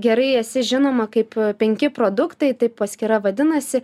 gerai esi žinoma kaip penki produktai taip paskyra vadinasi